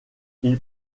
ils